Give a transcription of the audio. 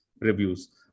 reviews